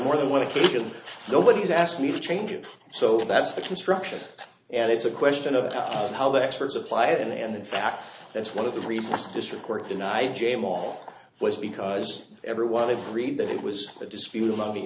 more than one occasion nobody's asked me for changes so that's the construction and it's a question of how the experts apply it and in fact that's one of the reasons district court denied jame all was because everyone agreed that it was a dispute among the